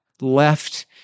left